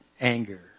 anger